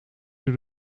door